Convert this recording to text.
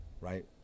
right